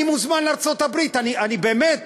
אני מוזמן לארצות-הברית, אני באמת